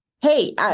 hey